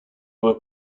were